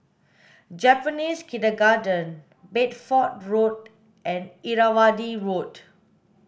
Japanese Kindergarten Bedford Road and Irrawaddy Road